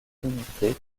trinité